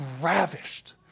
ravished